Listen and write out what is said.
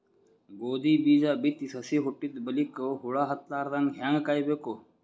ಗೋಧಿ ಬೀಜ ಬಿತ್ತಿ ಸಸಿ ಹುಟ್ಟಿದ ಬಲಿಕ ಹುಳ ಹತ್ತಲಾರದಂಗ ಹೇಂಗ ಕಾಯಬೇಕು?